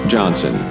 Johnson